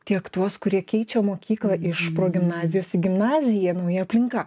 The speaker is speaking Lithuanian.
tiek tuos kurie keičia mokyklą iš progimnazijos į gimnaziją nauja aplinka